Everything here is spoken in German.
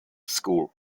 school